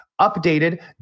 updated